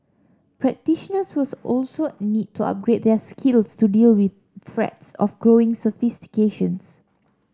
practitioners will also need to upgrade their skills to deal with threats of growing sophistications